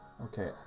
Okay